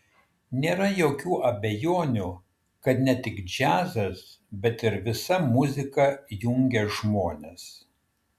nėra jokių abejonių kad ne tik džiazas bet ir visa muzika jungia žmonės